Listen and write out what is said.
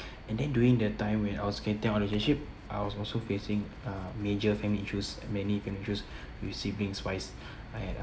and then during the time when I was getting out of the relationship I was also facing a major family issues many family issues with siblings-wise I had a